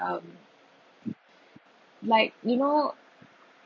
um like you know